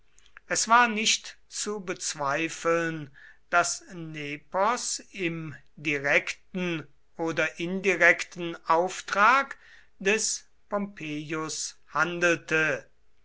es war nicht zu bezweifeln daß nepos im direkten oder indirekten auftrag des pompeius handelte